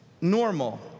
normal